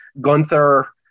Gunther